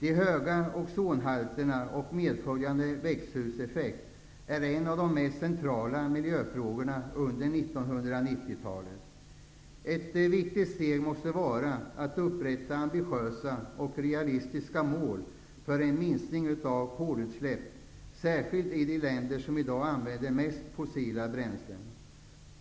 De höga ozonhalterna och medföljande växthuseffekt är en av de mest centrala miljöfrågorna under 1990-talet. Ett viktigt steg måste vara att upprätta ambitiösa och realistiska mål för en minskning av kolutsläppen, särskilt i de länder som i dag använder mest fossila bränslen.